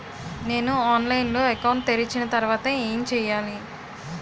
నేను ఆన్లైన్ లో అకౌంట్ తెరిచిన తర్వాత ఏం చేయాలి?